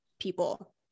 people